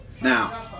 Now